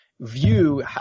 view